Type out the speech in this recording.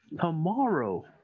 Tomorrow